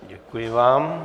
Děkuji vám.